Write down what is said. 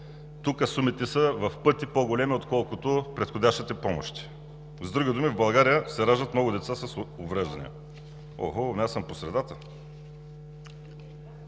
тук сумите са в пъти по-големи, отколкото предходните помощи. С други думи, в България се раждат много деца с увреждания. (Председателят дава